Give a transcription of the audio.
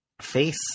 face